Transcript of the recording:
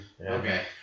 Okay